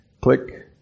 click